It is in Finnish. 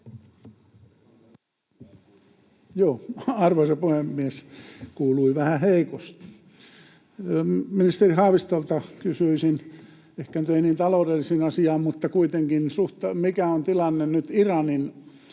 Arvoisa puhemies! Kuului vähän heikosti. — Ministeri Haavistolta kysyisin, ehkä nyt ei niin taloudellinen asia mutta kuitenkin: Mikä on tilanne nyt Iranin osalta,